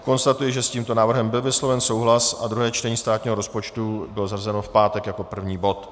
Konstatuji, že s tímto návrhem byl vysloven souhlas a druhé čtení státního rozpočtu bylo zařazeno v pátek jako první bod.